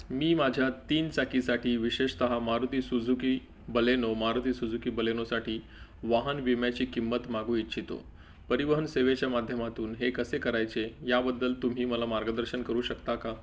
मी माझ्या तीन चाकीसाठी विशेषतः Maruti Suzuki Baleno Maruti Suzuki बलेनोसाठी वाहन विम्याची किंमत मागू इच्छितो परिवहन सेवेच्या माध्यमातून हे कसे करायचे याबद्दल तुम्ही मला मार्गदर्शन करू शकता का